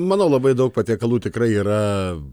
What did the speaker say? manau labai daug patiekalų tikrai yra